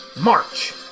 March